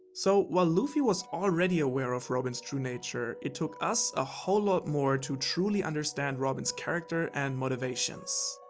so, while luffy was already aware of robin's true nature, it took us a whole lot more to truly understand robin's character and motivations.